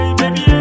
baby